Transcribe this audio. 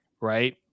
right